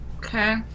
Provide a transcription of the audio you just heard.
okay